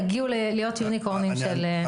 יגיעו להיות יוניקורנים על הקורונה.